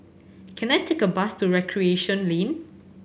can I take a bus to Recreation Lane